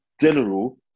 general